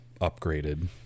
upgraded